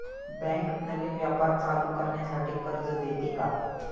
Bank नवीन व्यापार चालू करण्यासाठी कर्ज देते का?